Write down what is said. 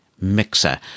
mixer